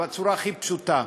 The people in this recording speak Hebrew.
בצורה הכי פשוטה: